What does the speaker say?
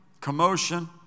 commotion